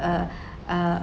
uh uh